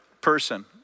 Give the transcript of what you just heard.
person